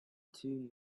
two